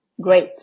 great